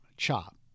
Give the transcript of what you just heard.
chop